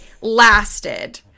lasted